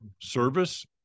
service